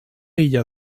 illa